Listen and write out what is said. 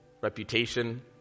reputation